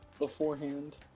beforehand